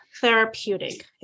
therapeutic